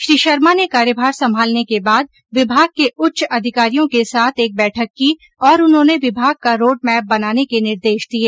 श्री शर्मा ने कार्यभार संभालने के बाद विभाग के उच्च अधिकारियों के साथ एक बैठक की और उन्होंने विभाग का रोड़ मैप बनाने के निर्देश दिए